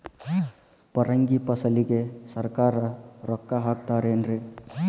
ಪರಂಗಿ ಫಸಲಿಗೆ ಸರಕಾರ ರೊಕ್ಕ ಹಾಕತಾರ ಏನ್ರಿ?